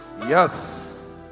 Yes